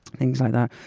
things like that.